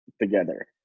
together